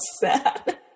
sad